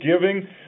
giving